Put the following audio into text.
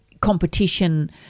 competition